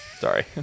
Sorry